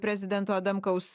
prezidento adamkaus